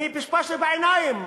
אני שפשפתי את העיניים: